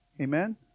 Amen